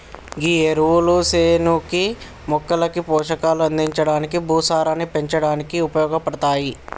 గీ ఎరువులు సేనుకి మొక్కలకి పోషకాలు అందించడానికి, భూసారాన్ని పెంచడానికి ఉపయోగపడతాయి